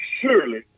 surely